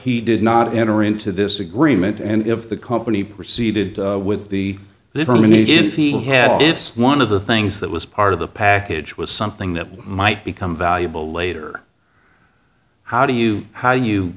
he did not enter into this agreement and if the company proceeded with the different if he had gifts one of the things that was part of the package was something that might become valuable later how do you how you